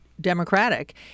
Democratic